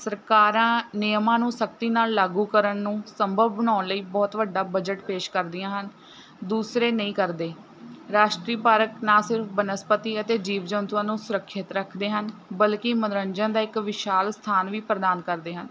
ਸਰਕਾਰਾਂ ਨਿਯਮਾਂ ਨੂੰ ਸਖਤੀ ਨਾਲ਼ ਲਾਗੂ ਕਰਨ ਨੂੰ ਸੰਭਵ ਬਣਾਉਣ ਲਈ ਬਹੁਤ ਵੱਡਾ ਬਜਟ ਪੇਸ਼ ਕਰਦੀਆਂ ਹਨ ਦੂਸਰੇ ਨਹੀਂ ਕਰਦੇ ਰਾਸ਼ਟਰੀ ਪਾਰਕ ਨਾ ਸਿਰਫ ਬਨਸਪਤੀ ਅਤੇ ਜੀਵ ਜੰਤੂਆਂ ਨੂੰ ਸੁਰੱਖਿਅਤ ਰੱਖਦੇ ਹਨ ਬਲਕਿ ਮਨੋਰੰਜਨ ਦਾ ਇੱਕ ਵਿਸ਼ਾਲ ਸਥਾਨ ਵੀ ਪ੍ਰਦਾਨ ਕਰਦੇ ਹਨ